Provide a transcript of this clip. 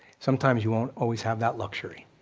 sometimes you won't always have that luxury.